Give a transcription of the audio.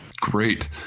Great